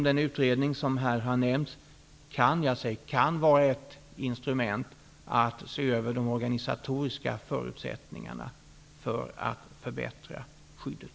Den utredning som här har nämnts kan också vara ett instrument som kan användas för att se över de organisatoriska förutsättningarna för att förbättra skyddet.